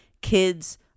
kids